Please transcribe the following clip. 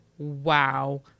Wow